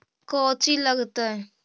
कौची लगतय?